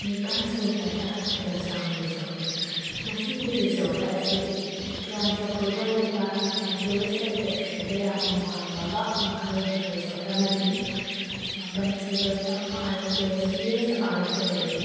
ꯅꯤꯄꯥꯟ ꯁꯨꯕꯗ ꯒꯦꯜꯖꯥꯡ ꯔꯤꯖꯣꯔꯠ ꯃꯁꯤꯒꯤ ꯔꯤꯖꯣꯔꯠ ꯑꯁꯤ ꯆꯨꯔꯆꯥꯟꯄꯨꯔꯗ ꯂꯩꯕ ꯌꯥꯝꯅ ꯇꯨꯔꯤꯁ ꯑꯦꯠꯇ꯭ꯔꯦꯛꯁꯟꯗ ꯌꯥꯝꯅ ꯋꯥꯡꯉꯕ ꯃꯈꯜꯒꯤ ꯔꯤꯖꯣꯔꯠ ꯑꯃꯅꯤ ꯃꯄꯥꯟ ꯁꯨꯕꯗ R K C S art gallery